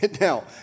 Now